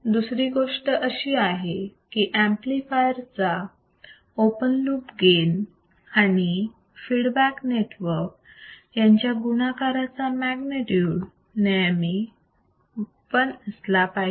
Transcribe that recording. दुसरी गोष्ट अशी आहे की ऍम्प्लिफायर चा ओपन लुप गेन आणि फीडबॅक नेटवर्क यांच्या गुणाकाराचा मॅग्नेट्यूड नेहमी 1 असला पाहिजे